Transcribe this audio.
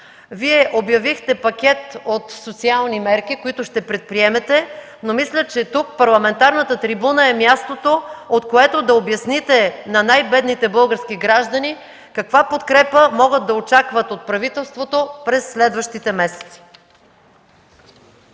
Вие обявихте пакет от социални мерки, които ще предприемете, но мисля, че тук, парламентарната трибуна е мястото, от което да обясните на най-бедните български граждани каква подкрепа могат да очакват от правителството през следващите месеци.